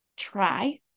try